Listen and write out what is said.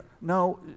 no